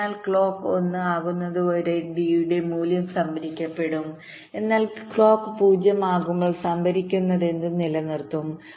അതിനാൽ ക്ലോക്ക് 1 ആകുന്നതുവരെ ഡിയുടെ മൂല്യം സംഭരിക്കപ്പെടും എന്നാൽ ക്ലോക്ക് 0 ആകുമ്പോൾ സംഭരിക്കുന്നതെന്തും നിലനിർത്തും